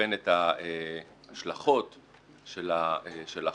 שבוחן את ההשלכות של החוק,